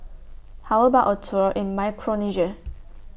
How about A Tour in Micronesia